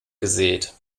gesät